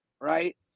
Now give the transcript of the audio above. right